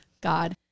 God